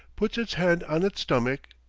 puts its hand on its stomach,